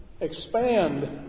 expand